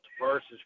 versus